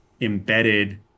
embedded